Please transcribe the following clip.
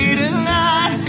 tonight